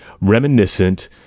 reminiscent